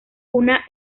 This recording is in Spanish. una